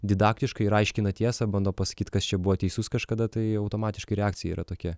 didaktiškai ir aiškina tiesą bando pasakyt kas čia buvo teisus kažkada tai automatiškai reakcija yra tokia